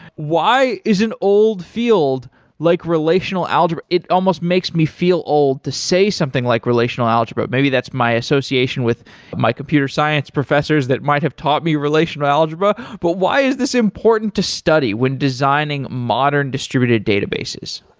why is an old field like relational algebra it almost makes me feel old to say something like relational algebra. maybe that's my association with my computer science professors that might have taught me relational algebra, but why is this important to study when designing modern distributed databases?